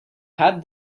had